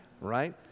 Right